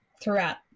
throughout